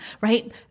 right